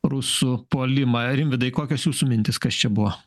rusų puolimą rimvydai kokios jūsų mintis kas čia buvo